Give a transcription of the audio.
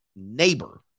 neighbor